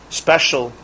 special